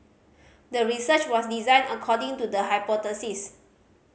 the research was designed according to the hypothesis